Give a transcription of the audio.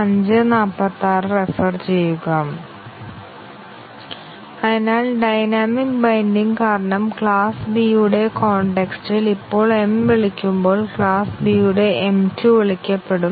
അതിനാൽ dynamic binding കാരണം class B യുടെ കോൺടെക്സ്റ്റ് ഇൽ ഇപ്പോൾ m വിളിക്കുമ്പോൾ ക്ലാസ് B യുടെ m 2 വിളിക്കപ്പെടും